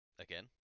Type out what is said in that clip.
Again